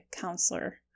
counselor